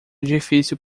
difícil